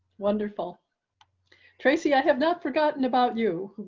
wonderful tracy, i have not forgotten about you.